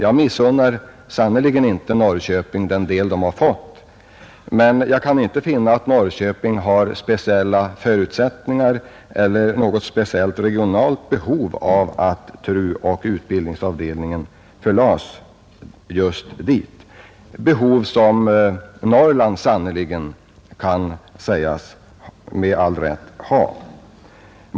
Jag missunnar sannerligen inte Norrköping den del man fått, men jag kan inte finna att Norrköping har speciella förutsättningar för eller något större regionalt behov av att TRU och Sveriges Radios utbildningsenhet förläggs just dit, ett behov som Norrland sannerligen med all rätt kan sägas ha.